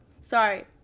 sorry